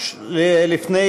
לפני